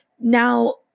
now